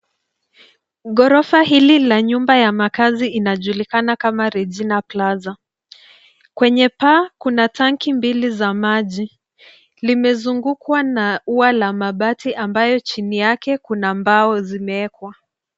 Ghorofa hili la nyumba ya makazi inajulikana kama 'REGINA PLAZA' . Kwenye paa kuna tanki mbili za maji. Limezungukwa na ua la mabati ambayo chini yake kuna mbao zimewekwa.